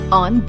on